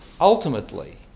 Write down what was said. ultimately